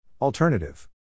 Alternative